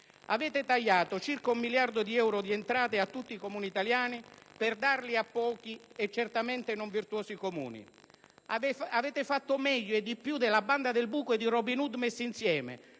Avete tagliato circa un miliardo di euro di entrate a tutti i Comuni italiani per darli a pochi e certamente non virtuosi Comuni. Avete fatto meglio e di più della «Banda del buco» e di Robin Hood messi insieme: